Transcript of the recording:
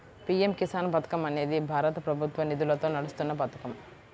PM Kisan పథకం అనేది భారత ప్రభుత్వ నిధులతో నడుస్తున్న పథకం